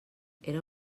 era